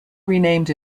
renamed